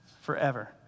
forever